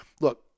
Look